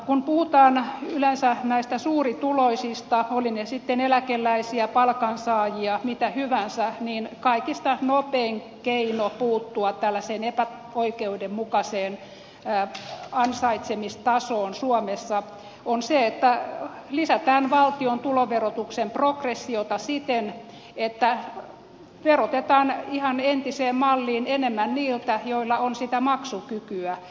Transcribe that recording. kun puhutaan yleensä näistä suurituloisista olivat he sitten eläkeläisiä palkansaajia keitä hyvänsä niin kaikista nopein keino puuttua tällaiseen epäoikeudenmukaiseen ansaitsemista soon suomessa on se että lisätään valtion tuloverotuksen progressiota siten että verotetaan ihan entiseen malliin enemmän niiltä joilla on sitä maksukykyä